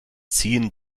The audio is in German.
ziehen